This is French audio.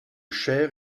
cher